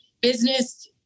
business